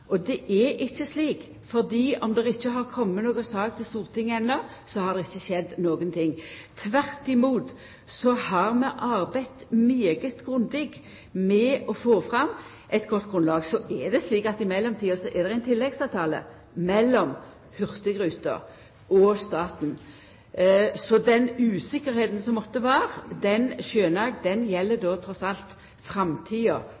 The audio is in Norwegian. Det er ikkje slik at fordi om det ikkje har kome ei sak til Stortinget enno, så har det ikkje skjedd nokon ting. Tvert imot har vi arbeidd særs grundig med å få fram eit godt grunnlag. Så er det slik at i mellomtida er det ein tilleggsavtale mellom Hurtigruten og staten. Så den utryggleiken som måtte vera, gjeld, skjønar eg, trass i alt framtida,